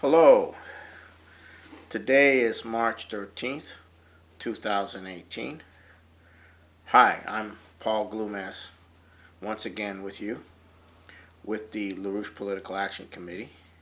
hello today it's march thirteenth two thousand and thirteen hi i'm paul blueness once again with you with the lewis political action committee